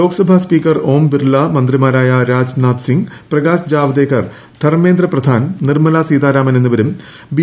ലോക് Sabha speaker Om Birla മൃന്തിമാരായ രാജ്നാഥ് സിംഗ് പ്രകാശ് ജാവദേക്കർ ധർമ്മേന്ദ്ര പ്ര്യാൻ നിർമ്മല സീതാരാമൻ എന്നിവരും B